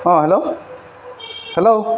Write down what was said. অঁ hello hello